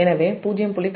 எனவே 0